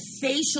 facial